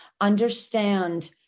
Understand